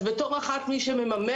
אז בתור אחת שמממשת,